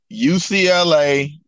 UCLA